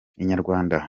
inyarwanda